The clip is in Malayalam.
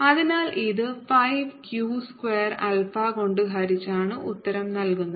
അതിനാൽ ഇത് 5 q സ്ക്വയർ ആൽഫ കൊണ്ട് ഹരിച്ചാണ് ഉത്തരം നൽകുന്നത്